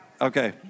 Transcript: Okay